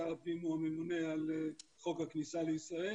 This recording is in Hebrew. שר הפנים הוא הממונה על חוק הכניסה לישראל